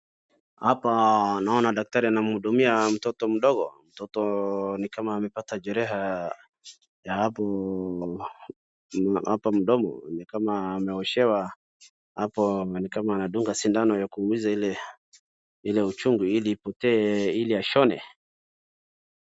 Hapa naona daktari anamhudumia mtoto mdogo, mtoto ni kama amepata jeraha ya hapo mdomo, ni kama anaoshewa, hapo ni kama anadunga sindano ya kupunguza ile uchungu ili ipotee ili ashone.